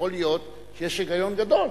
יכול להיות שיש היגיון גדול,